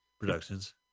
Productions